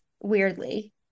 weirdly